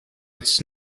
its